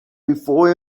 before